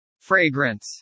Fragrance